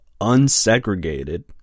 unsegregated